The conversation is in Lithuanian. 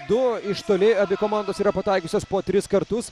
du iš toli abi komandos yra pataikiusios po tris kartus